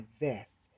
invest